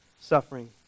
suffering